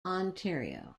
ontario